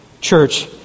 Church